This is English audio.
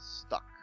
stuck